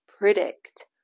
predict